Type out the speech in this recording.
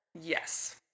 Yes